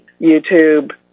YouTube